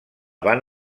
van